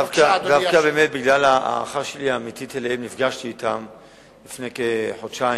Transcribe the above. דווקא בגלל ההערכה האמיתית שלי אליהם נפגשתי אתם לפני כחודשיים,